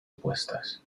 opuestas